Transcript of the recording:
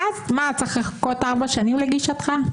ואז צריך לחכות ארבע שנים לגישתך?